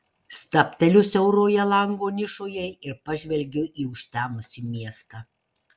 stabteliu siauroje lango nišoje ir pažvelgiu į užtemusį miestą